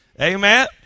Amen